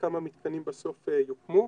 כמה מתקנים בסוף יוקמו.